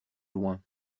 loin